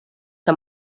que